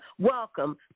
Welcome